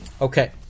Okay